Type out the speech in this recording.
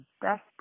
best